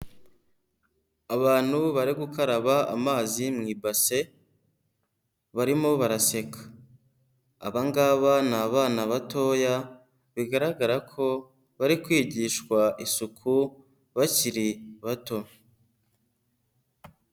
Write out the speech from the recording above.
Abantu bari gukaraba amazi mu ibase, barimo baraseka. Aba ngaba ni abana batoya, bigaragara ko bari kwigishwa isuku bakiri bato.